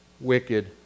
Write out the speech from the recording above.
wicked